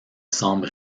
semble